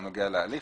והנוגע הליך.